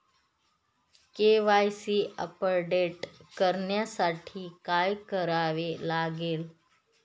KYC update करण्यासाठी काय करावे लागेल?